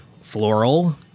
floral